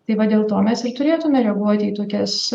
tai va dėl to mes turėtume reaguoti į tokias